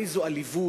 איזו עליבות,